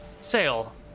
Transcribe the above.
Sail